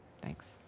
Thanks